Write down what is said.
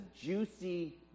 juicy